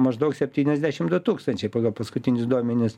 maždaug septyniasdešim du tūkstančiai pagal paskutinius duomenis